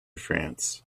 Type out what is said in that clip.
france